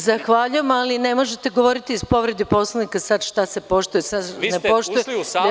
Zahvaljujem, ali ne možete govoriti iz povrede Poslovnika, sad šta se poštuje, a šta se ne poštuje.